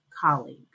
colleague